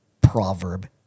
proverb